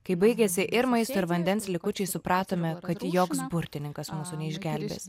kai baigiasi ir maisto ir vandens likučiai supratome kad joks burtininkas mūsų neišgelbės